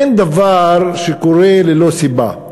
אין דבר שקורה ללא סיבה.